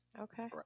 Okay